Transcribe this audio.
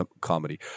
comedy